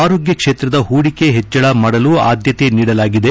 ಆರೋಗ್ಯ ಕ್ಷೇತ್ರದ ಹೂಡಿಕೆ ಹೆಚ್ಚಳ ಮಾಡಲು ಆದ್ಯತೆ ನೀಡಲಾಗಿದೆ